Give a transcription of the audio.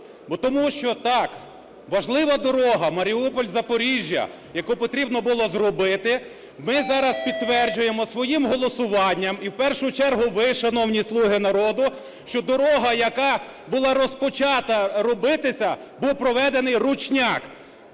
Тому що, так, важлива дорога Маріуполь – Запоріжжя, яку потрібно було зробити. Ми зараз підтверджуємо своїм голосуванням і в першу чергу ви, шановні "Слуги народу", що дорога, яка була розпочата робитися, був проведений "ручняк",